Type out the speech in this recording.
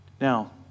Now